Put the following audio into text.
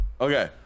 Okay